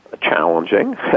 challenging